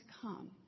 come